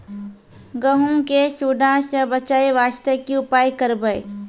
गहूम के सुंडा से बचाई वास्ते की उपाय करबै?